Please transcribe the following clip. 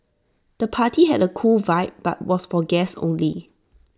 the party had A cool vibe but was for guests only